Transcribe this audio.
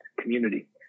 community